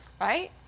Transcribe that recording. right